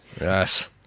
Yes